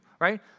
right